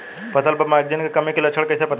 फसल पर मैगनीज के कमी के लक्षण कईसे पता चली?